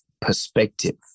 perspective